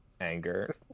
anger